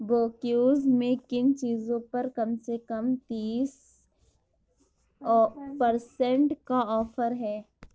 برکیوز میں کن چیزوں پر کم سے کم تیس پرسینٹ کا آفر ہے